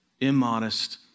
Immodest